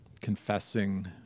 confessing